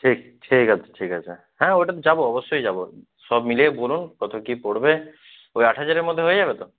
ঠিক ঠিক আছে ঠিক আছে হ্যাঁ ওটাতে যাব অবশ্যই যাব সব মিলিয়ে বলুন কত কী পড়বে ওই আট হাজারের মধ্যে হয়ে যাবে তো